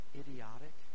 idiotic